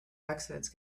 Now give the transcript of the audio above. accidents